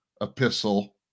epistle